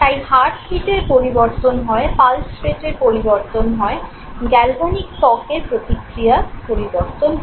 তাই হার্টবিটের পরিবর্তন হয় পালস রেটের পরিবর্তন হয় গ্যালভানিক ত্বকের প্রতিক্রিয়ার পরিবর্তন হয়